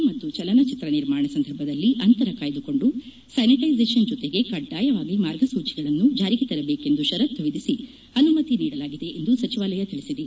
V ಮತ್ತು ಚಲನಚಿತ್ರ ನಿರ್ಮಾಣ ಸಂದರ್ಭದಲ್ಲಿ ಅಂತರ ಕಾಯ್ಲುಕೊಂದು ಸ್ನಾನಿಟ್ವೆಜೇಷನ್ ಜೊತೆಗೆ ಕಡ್ಡಾಯವಾಗಿ ಮಾರ್ಗಸೂಚಿಯನ್ನು ಜಾರಿಗೆ ತರಬೇಕೆಂದು ಷರತ್ತು ವಿಧಿಸಿ ಅನುಮತಿ ನೀಡಲಾಗಿದೆ ಎಂದು ಸಚಿವಾಲಯ ತಿಳಿಸಿದೆ